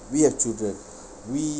we have children we